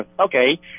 okay